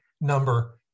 number